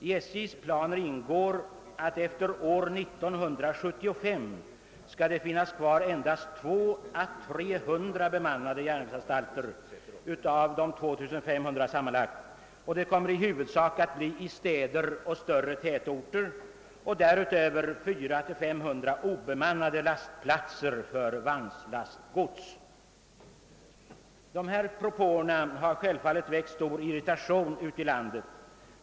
I SJ:s planer ingår att efter år 1975 skall finnas kvar 200—300 bemannade järnvägsanstalter — det kommer i huvudsak att bli i städer och större tätorter — och att det därutöver skall finnas 400—500 obemannade lastplatser för vagnslastgods. Dessa propåer har självfallet väckt stor irritation ute i landet.